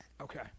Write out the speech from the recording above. Okay